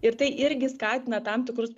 ir tai irgi skatina tam tikrus